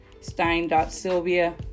stein.sylvia